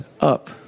up